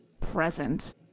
present